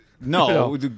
No